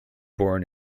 born